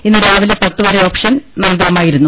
ഇന്ന് രാവിലെ പത്തുവരെ ഓപ്ഷൻ നൽകാമായിരുന്നു